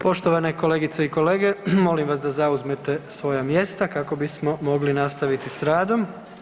Poštovane kolegice i kolege, molim vas da zauzmete svoja mjesta kako bismo mogli nastaviti s radom.